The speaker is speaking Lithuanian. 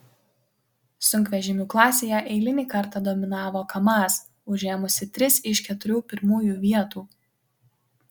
sunkvežimių klasėje eilinį kartą dominavo kamaz užėmusi tris iš keturių pirmųjų vietų